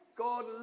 God